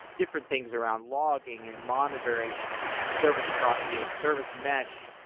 different things around logging and monitoring and service proxying, service mesh.